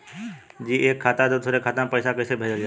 जी एक खाता से दूसर खाता में पैसा कइसे भेजल जाला?